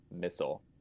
missile